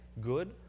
good